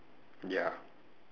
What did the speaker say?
ya